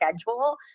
schedule